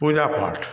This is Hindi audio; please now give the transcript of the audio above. पूजा पाठ